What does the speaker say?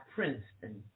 Princeton